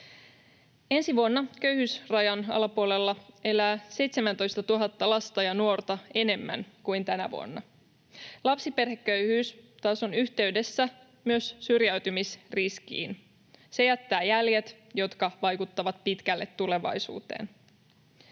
Ensi vuonna köyhyysrajan alapuolella elää 17 000 lasta ja nuorta enemmän kuin tänä vuonna. Lapsiperheköyhyys taas on yhteydessä myös syrjäytymisriskiin. Se jättää jäljet, jotka vaikuttavat pitkälle tulevaisuuteen.